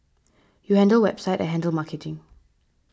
you handle website I handle marketing